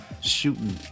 shooting